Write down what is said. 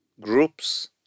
groups